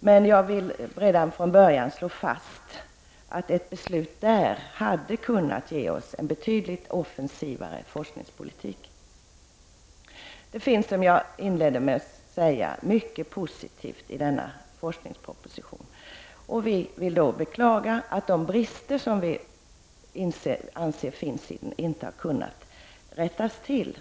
men jag vill redan från början slå fast att ett beslut där skulle kunna ge oss en betydligt offensivare forskningspolitik. Som jag inledde med att säga finns det mycket positivt i denna forskningsproposition. Vi beklagar att de brister som vi anser finns inte har kunnat rättas till.